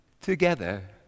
together